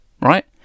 right